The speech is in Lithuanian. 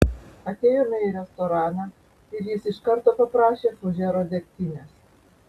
atėjome į restoraną ir jis iš karto paprašė fužero degtinės